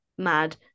Mad